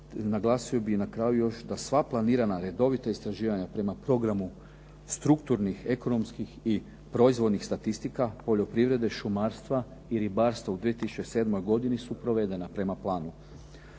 naglasio bih na kraju još da sva planirana redovita istraživanja prema programu strukturnih ekonomskih i proizvodnih statistika poljoprivrede, šumarstva i ribarstva u 2007. godini su provedena prema planu.